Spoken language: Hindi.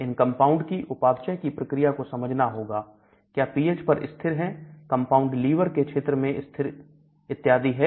इन कंपाउंड की उपापचय की प्रक्रिया को समझना होगा क्या पीएच पर स्थिर है कंपाउंड लीवर के क्षेत्र में स्थिर इत्यादि है